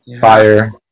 fire